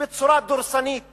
בצורה דורסנית